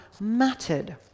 mattered